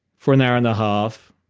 for an hour and a half,